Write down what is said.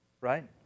Right